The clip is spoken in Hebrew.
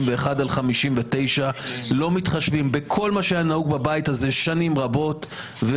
על 59. לא מתחשבים בכל מה שהיה נהוג בבית הזה שנים רבות,